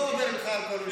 לא אומר לך על כל,